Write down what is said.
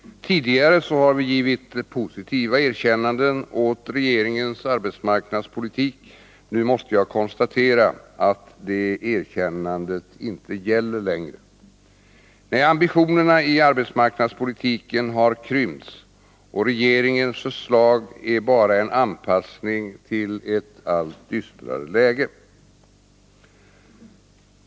Tidigare har vi givit positiva erkännanden åt regeringens arbetsmarknadspolitik. Nu måste jag konstatera att det erkännandet inte gäller längre. Nej, ambitionerna i arbetsmarknadspolitiken har krympt och regeringens förslag är bara en anpassning till ett allt dystrare läge.